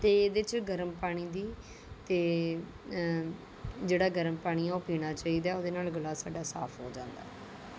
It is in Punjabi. ਅਤੇ ਇਹਦੇ 'ਚ ਗਰਮ ਪਾਣੀ ਦੀ ਅਤੇ ਜਿਹੜਾ ਗਰਮ ਪਾਣੀ ਹੈ ਉਹ ਪੀਣਾ ਚਾਹੀਦਾ ਉਹਦੇ ਨਾਲ ਗਲ਼ਾ ਸਾਡਾ ਸਾਫ ਹੋ ਜਾਂਦਾ